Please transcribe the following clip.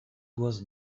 was